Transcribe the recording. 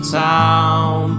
town